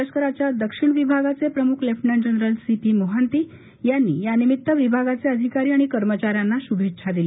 लष्कराच्या दक्षिण विभागाचे प्रमुख lieutenant general C P Mohanty यांनी यनिमित्त विभागाचे अधिकारी आणि कर्मचाऱ्यांना शुभेच्छा दिल्या